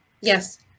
yes